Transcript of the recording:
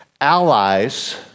allies